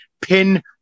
pin